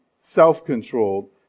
self-controlled